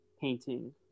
painting